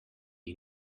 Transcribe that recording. jih